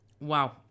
Wow